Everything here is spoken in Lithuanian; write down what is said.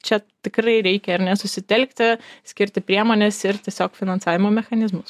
čia tikrai reikia ar ne susitelkti skirti priemones ir tiesiog finansavimo mechanizmus